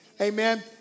amen